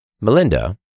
Melinda